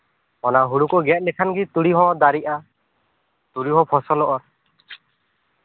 ᱚᱱᱟ ᱦᱩᱲᱩ ᱠᱚ ᱜᱮᱫ ᱞᱮᱠᱷᱟᱱ ᱜᱮ ᱛᱩᱲᱤ ᱦᱚᱸ ᱫᱟᱨᱮᱜᱼᱟ ᱛᱩᱲᱤ ᱦᱚᱸ ᱯᱷᱚᱥᱚᱞᱚᱜᱼᱟ